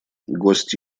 гости